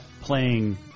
playing